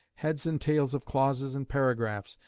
heads and tails of clauses and paragraphs,